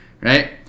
right